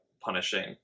punishing